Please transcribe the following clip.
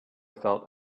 felt